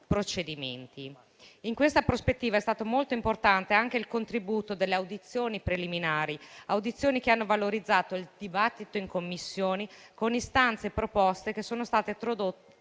In questa prospettiva, è stato molto importante il contributo delle audizioni preliminari, che hanno valorizzato il dibattito in Commissione con istanze e proposte che sono state tradotte